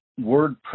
WordPress